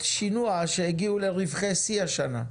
יש חברות שינוע שהגיעו לרווחי שיא השנה.